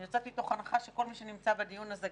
אני יוצאת מתוך הנחה שכל מי שנמצא בדיון הזה,